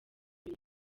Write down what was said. buri